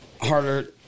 harder